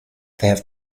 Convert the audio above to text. have